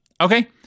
Okay